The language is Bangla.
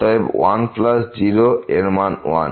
অতএব 10 এর মান 1